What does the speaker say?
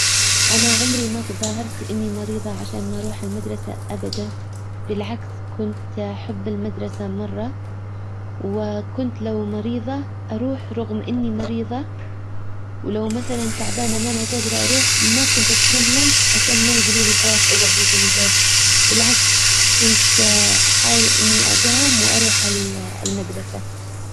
انا عمري ما تظاهرت اني مريضة عشان ما اروح المدرسة ابدا. بالعكس كنت احب المدرسة مرة. وكنت لو مريضة اروح رغم اني مريضة. ولو مثلا تعبانة ما انا جادرة اروح ما كنت اتكلم عشان ما يجلولى خلاص اقعدي في البيت بالعكس كنت احاول اني اجاوم واروح المدرسة.